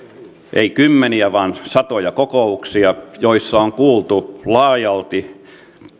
eivät kymmeniä vaan satoja kokouksia joissa on kuultu laajalti